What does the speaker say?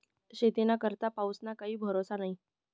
शेतीना करता पाऊसना काई भरोसा न्हई